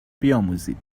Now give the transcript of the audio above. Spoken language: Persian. بیاموزید